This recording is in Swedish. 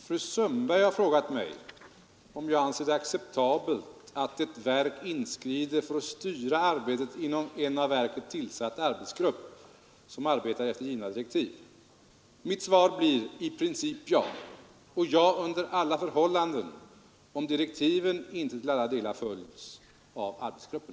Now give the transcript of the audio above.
Fru talman! Fru Sundberg har frågat mig om jag anser det acceptabelt att ett verk inskrider för att styra arbetet inom en av verket tillsatt arbetsgrupp, som arbetar efter givna direktiv. I princip, ja. Under alla förhållanden om direktiven inte till alla delar följts av arbetsgruppen.